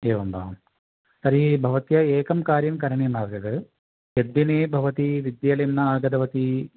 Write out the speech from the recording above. एवं वा तर्हि भवत्या एकं कार्यं करणीयमासीत् यद्दिने भवती विद्यालयं न आगतवती